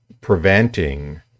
preventing